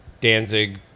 Danzig